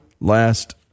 last